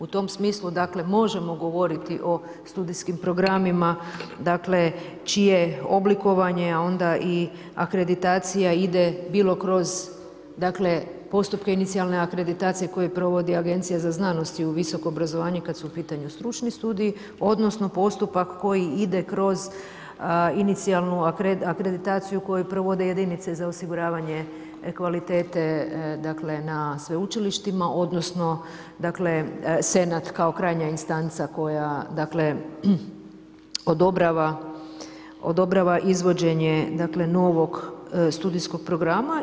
U tom smislu možemo govoriti o studijskim programima čije oblikovanje a onda i akreditacija ide bilo kroz postupke inicijalne akreditacije koju provodi Agencija za znanosti i visoko obrazovanje kad su u pitanu stručni studiji odnosno postupak koji ide kroz inicijalnu akreditaciju koju provode jedinice za osiguravanje kvalitete na sveučilištima odnosno Senat kao krajnja instanca koja odobrava izvođenje novog studijskog programa.